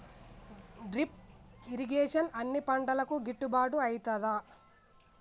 Drip irrigation అన్ని పంటలకు గిట్టుబాటు ఐతదా?